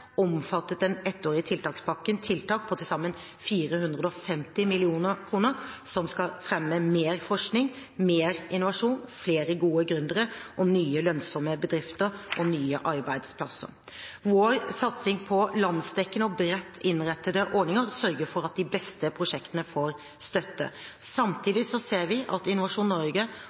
den ettårige tiltakspakken tiltak på til sammen 450 mill. kr, som skal fremme mer forskning, mer innovasjon, flere gode gründere, nye lønnsomme bedrifter og nye arbeidsplasser. Vår satsing på landsdekkende og bredt innrettede ordninger sørger for at de beste prosjektene får støtte. Samtidig ser vi at Innovasjon Norge